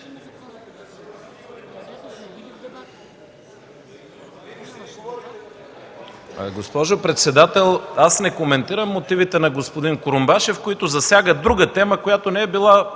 аз не коментирам мотивите на господин Курумбашев, които засягат друга тема, която не е била